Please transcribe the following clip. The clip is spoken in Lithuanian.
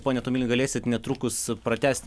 pone tomulinai galėsit netrukus pratęsti